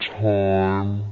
time